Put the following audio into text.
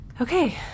Okay